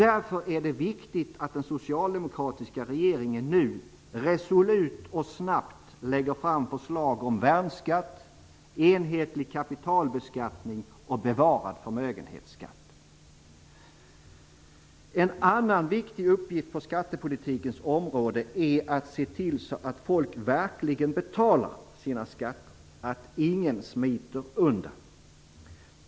Därför är det viktigt att den socialdemokratiska regeringen nu resolut och snabbt lägger fram förslag om värnskatt, enhetlig kapitalbeskattning och bevarad förmögenhetsskatt. En annan viktig uppgift på skattepolitikens område är att se till att folk verkligen betalar sina skatter, att ingen smiter undan.